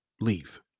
Leave